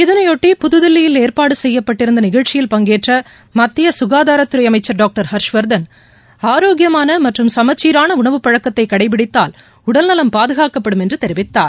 தெனையாட்டி ஏற்பாடுசெய்யப்பட்டிருந்தநிகழ்ச்சியில் புததில்லியில் பங்கேற்றமத்தியசுகாதாரத்துறைஅமைச்சர் டாக்டர் ஹர்ஷ்வர்தன் ஆரோக்கியமானமற்றும் சமச்சீரானஉணவு பழக்கத்தைகடைபிடித்தால் உடல்நலம் பாதுகாக்கப்படும் என்றுதெரிவித்தார்